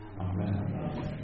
Amen